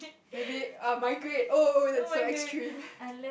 maybe um migrate oh that's so extreme